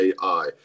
AI